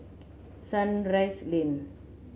Sunrise Lane